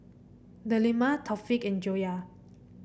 Delima Taufik and Joyah